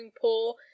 poor